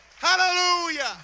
Hallelujah